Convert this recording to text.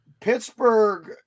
Pittsburgh –